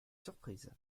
surprise